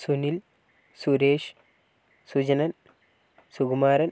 Sunil Suresh Sujanan Sukumaran